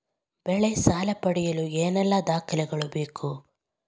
ಬೆಳೆ ಸಾಲ ಪಡೆಯಲು ಏನೆಲ್ಲಾ ದಾಖಲೆಗಳು ಬೇಕು?